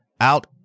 out